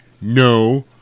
No